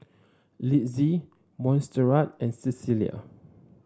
Litzy Montserrat and Cecelia